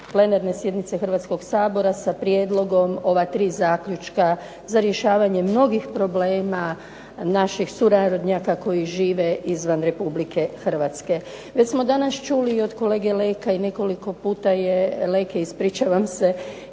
plenarne sjednice Hrvatskog sabora sa prijedlogom ova 3 zaključka za rješavanje mnogih problema naših sunarodnjaka koji žive izvan RH. Već smo danas čuli i od kolege Leka i nekoliko puta je, Leke ispričavam se,